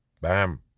Bam